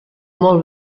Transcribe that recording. molt